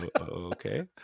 okay